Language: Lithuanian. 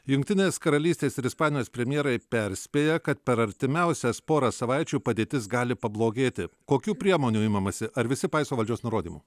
jungtinės karalystės ir ispanijos premjerai perspėja kad per artimiausias porą savaičių padėtis gali pablogėti kokių priemonių imamasi ar visi paiso valdžios nurodymų